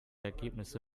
ergebnisse